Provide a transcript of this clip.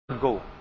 go